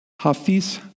Hafiz